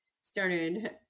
started